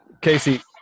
Casey